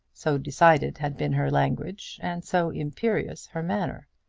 so decided had been her language, and so imperious her manner.